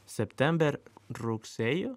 september rugsėjo